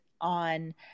on